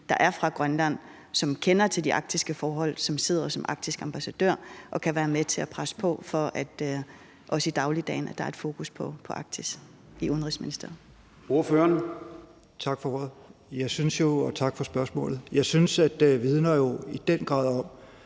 der er fra Grønland, og som kender til de arktiske forhold, som sidder som arktisk ambassadør og kan være med til at presse på for, at der også i dagligdagen er et fokus på Arktis i Udenrigsministeriet.